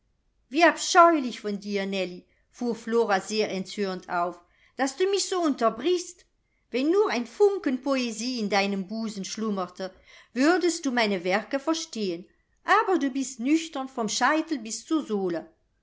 wie abscheulich von dir nellie fuhr flora sehr erzürnt auf daß du mich so unterbrichst wenn nur ein funken poesie in deinem busen schlummerte würdest du meine werke verstehen aber du bist nüchtern vom scheitel bis zur sohle